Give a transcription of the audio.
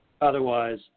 Otherwise